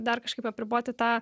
dar kažkaip apriboti tą